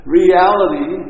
reality